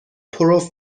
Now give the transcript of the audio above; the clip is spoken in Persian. پرو